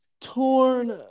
torn